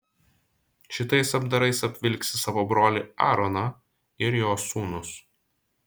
šitais apdarais apvilksi savo brolį aaroną ir jo sūnus